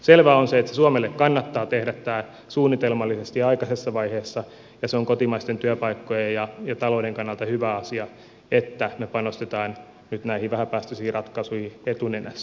selvää on se että suomen kannattaa tehdä tämä suunnitelmallisesti ja aikaisessa vaiheessa ja se on kotimaisten työpaikkojen ja talouden kannalta hyvä asia että me panostamme nyt näihin vähäpäästöisiin ratkaisuihin etunenässä